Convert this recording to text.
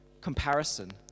comparison